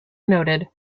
noted